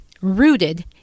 rooted